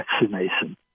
vaccination